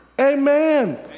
Amen